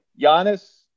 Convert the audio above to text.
Giannis